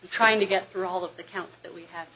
trying to get through all of the counts that we have